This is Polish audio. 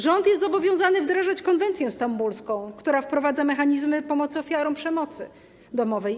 Rząd jest zobowiązany wdrażać konwencję stambulską, która wprowadza mechanizmy pomocy ofiarom przemocy domowej.